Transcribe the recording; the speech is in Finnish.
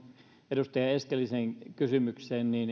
edustaja eskelisen kysymykseen